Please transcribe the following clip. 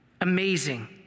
Amazing